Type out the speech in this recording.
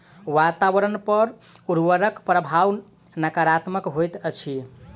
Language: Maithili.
वातावरण पर उर्वरकक प्रभाव नाकारात्मक होइत अछि